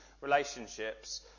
relationships